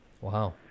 Wow